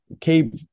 Keep